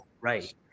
right